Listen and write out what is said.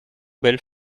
belles